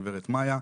גב' מאיה,